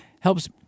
helps